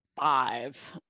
five